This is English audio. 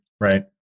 Right